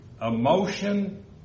emotion